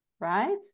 right